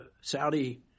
Saudi